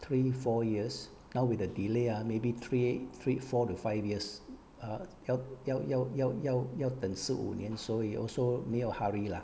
three four years now with the delay ah maybe three three four to five years ugh 要要要要要要等四五年所以 also 没有 hurry lah